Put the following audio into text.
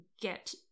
get